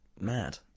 mad